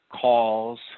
calls